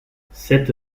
cette